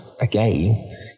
again